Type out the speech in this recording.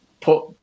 put